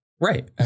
Right